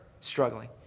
struggling